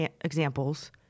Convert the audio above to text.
examples